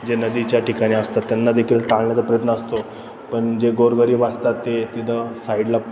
जे नदीच्या ठिकाणी असतात त्यांना देखील टाळण्याचा प्रयत्न असतो पण जे गोरगरीब असतात ते तिथं साईडला